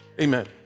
Amen